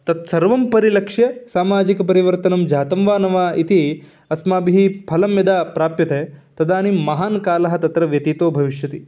तत् सर्वं परिलक्ष्य सामाजिकपरिवर्तनं जातं वा न वा इति अस्माभिः फलं यदा प्राप्यते तदानीं महान् कालः तत्र व्यतीतो भविष्यति